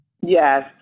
Yes